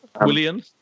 William